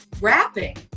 rapping